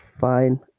fine